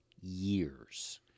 years